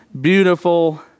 Beautiful